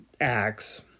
Acts